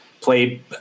played